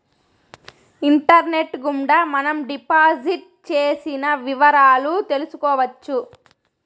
internet గుండా మనం deposit చేసిన వివరాలు తెలుసుకోవచ్చు